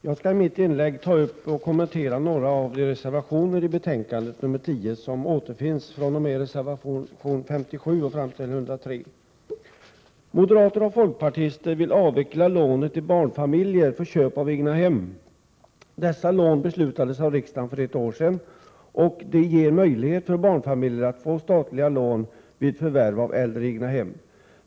Herr talman! Jag skall i mitt inlägg ta upp och kommentera några av de reservationer i betänkande 10 som återfinns fr.o.m. reservation 57 t.o.m. reservation 103. Moderater och folkpartister vill avveckla lånen till barnfamiljer för köp av egnahem. Dessa lån beslutades av riksdagen för ett år sedan. De ger möjlighet för barnfamiljer att få statligt lån vid förvärv av äldre egnahem.